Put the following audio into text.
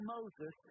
Moses